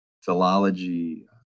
philology